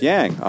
Yang